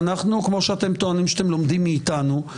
וכפי שאתם טוענים שאתם לומדים מאתנו,